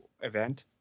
event